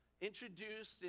introduced